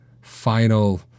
final